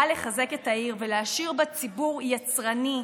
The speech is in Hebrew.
לחזק את העיר ולהשאיר בה ציבור יצרני,